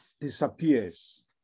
disappears